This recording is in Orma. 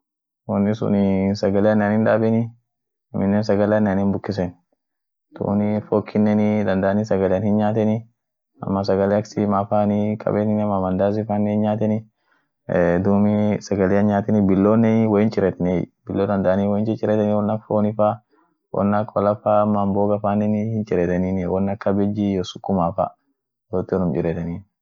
paninii ka woin midaafeten, okokaanfaa hinwodeteni, chapatinean hinwodeteni, hanjeeranean hinwodeteni, dumii potiinini bakuli ta sagali bukifeteni olkaayeteniit jira, mala mar dibi nyaat ama diko yete nyaat au taimu dibi nyaat, akas midaafetai sagale itbukifete, pootin ta sagalean olkaaeten.